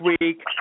week